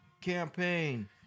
campaign